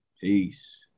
Peace